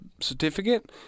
certificate